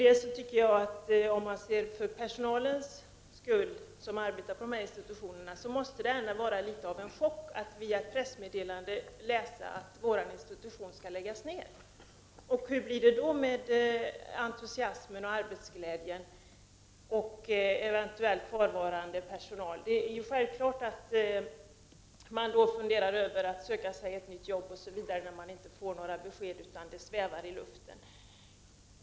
Dessutom måste det innebära en chock för de personer som arbetar på dessa institutioner att i ett pressmeddelande läsa att deras institutioner skall läggas ned. Hur blir det då med entusiasmen och arbetsglädjen för kvarvarande personal? Självfallet funderar dessa personer på att söka sig nya jobb, när de inte får några besked utan då allt bara svävar i luften.